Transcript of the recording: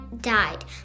died